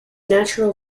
natural